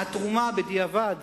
ה"תרומה" בדיעבד